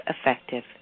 effective